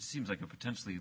seems like a potentially